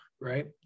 right